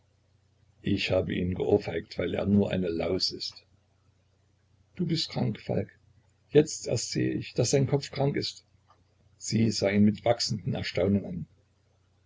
ich habe ihn geohrfeigt weil er nur eine laus ist du bist krank falk jetzt erst seh ich daß dein kopf krank ist sie sah ihn mit wachsendem erstaunen an